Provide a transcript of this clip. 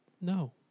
No